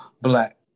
black